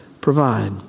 provide